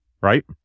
right